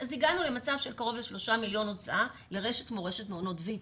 הגענו למצב של קרוב ל-3 מיליון שקל הוצאה לרשת כמו רשת מעונות ויצ"ו.